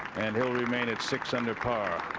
and will remain at six under par.